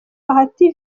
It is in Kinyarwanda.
bahati